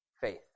faith